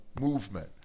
movement